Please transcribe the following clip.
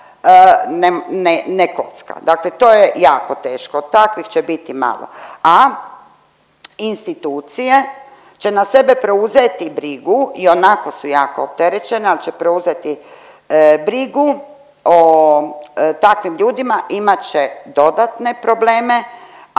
ne kocka, dakle to je jako teško, takvih će biti malo, a institucije će na sebe preuzeti brigu, ionako su jako opterećena, al će preuzeti brigu o takvim ljudima, imat će dodatne probleme,